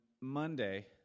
Monday